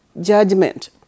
judgment